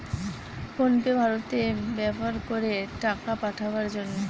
phone pay ভারতে ব্যাভার করে টাকা পাঠাবার জন্যে